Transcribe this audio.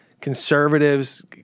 conservatives